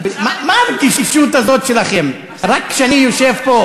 מה הרגישות הזאת שלכם רק כשאני יושב פה?